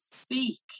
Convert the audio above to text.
speak